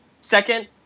second